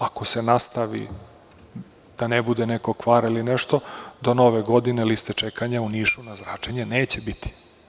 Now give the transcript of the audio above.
Ako se nastavi da ne bude neko kvara ili nešto do nove godine na listi čekanja u Nišu na zračenje neće biti.